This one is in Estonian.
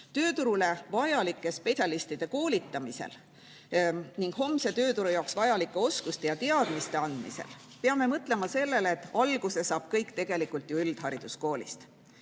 Tööturule vajalike spetsialistide koolitamisel ning homse tööturu jaoks vajalike oskuste ja teadmiste andmisel peame mõtlema sellele, et alguse saab kõik tegelikult ju üldhariduskoolist.